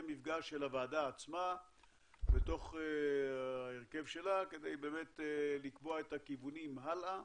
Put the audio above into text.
מפגש של הוועדה עצמה בתוך ההרכב שלה כדי לקבוע את הכיוונים הלאה.